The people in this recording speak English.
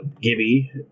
Gibby